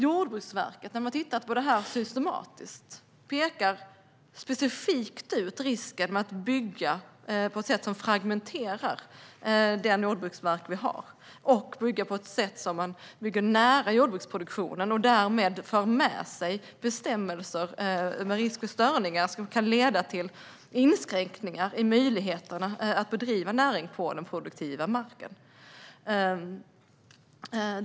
Jordbruksverket har tittat på detta systematiskt. Man pekar specifikt ut risken med att bygga på ett sätt som fragmenterar den jordbruksmark vi har och att bygga på ett sätt som ligger nära jordbruksproduktionen och därmed för med sig risker för störningar som kan leda till inskränkningar i möjligheten att bedriva näring på den produktiva marken.